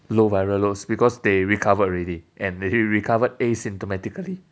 low viral loads because they recovered already and they recovered asymptomatically